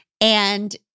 and-